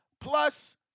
Plus